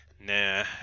nah